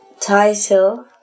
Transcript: title